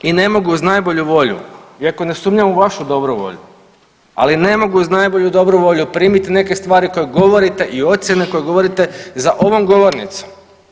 I ne mogu, uz najbolju volju, iako ne sumnjam u vašu dobru volju, ali ne mogu, uz najbolju dobru volju primiti neke stvari koje govorite i ocjene koje govorite za ovom govornicom.